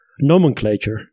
nomenclature